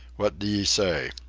what d'ye say?